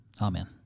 amen